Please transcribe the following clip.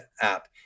app